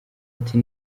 ati